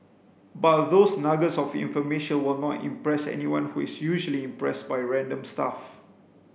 but those nuggets of information will not impress anyone who is usually impressed by random stuff